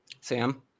Sam